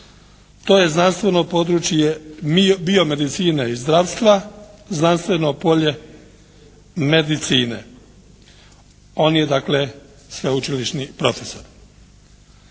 To je znanstveno područje bio medicine i zdravstva. Znanstveno polje medicine. On je dakle sveučilišni profesor.